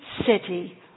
City